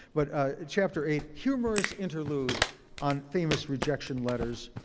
but chapter eight, humorous interlude on famous rejection letters.